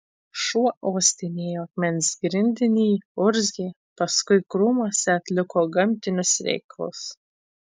šuo uostinėjo akmens grindinį urzgė paskui krūmuose atliko gamtinius reikalus